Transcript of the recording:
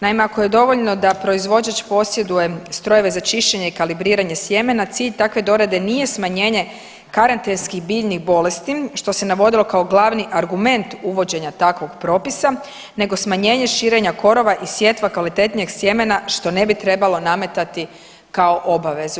Naime, ako je dovoljno da proizvođač posjeduje strojeve za čišćenje i kalibriranje sjemena cilj takve dorade nije smanjenje karantenskih biljnih bolesti što se navodilo kao glavni argument uvođenja takvog propisa nego smanjenje širenja korova i sjetva kvalitetnijeg sjemena što ne bi trebalo nametati kao obavezu.